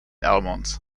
almonds